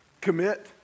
commit